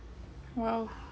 well